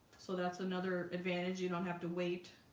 so that's another advantage. you don't have to wait